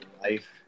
life